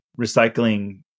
recycling